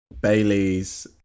Baileys